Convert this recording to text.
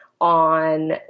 on